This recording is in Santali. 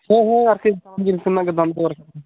ᱦᱮᱸ ᱦᱮᱸ ᱟᱨᱠᱤ ᱚᱱᱟ ᱜᱤ ᱫᱟᱢ ᱫᱚᱨ